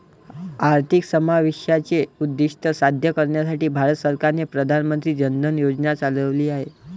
आर्थिक समावेशाचे उद्दीष्ट साध्य करण्यासाठी भारत सरकारने प्रधान मंत्री जन धन योजना चालविली आहेत